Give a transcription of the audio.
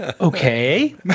Okay